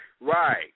Right